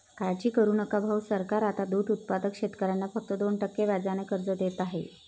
काळजी करू नका भाऊ, सरकार आता दूध उत्पादक शेतकऱ्यांना फक्त दोन टक्के व्याजाने कर्ज देत आहे